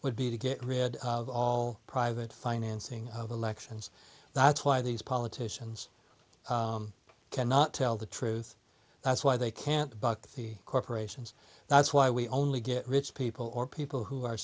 would be to get rid of all private financing of elections that's why these politicians cannot tell the truth that's why they can't buck the corporations that's why we only get rich people or people who are